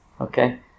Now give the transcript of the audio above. Okay